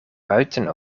buiten